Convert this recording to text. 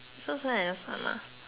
so so not that smart lah